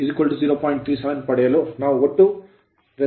37 Ω ಪಡೆಯಲು ನಾವು ಒಟ್ಟು ಪ್ರತಿರೋಧವನ್ನು ಲೆಕ್ಕಹಾಕಿದ್ದೇವೆ